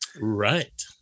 Right